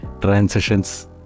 Transitions